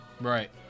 Right